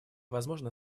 возможно